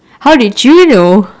how did you know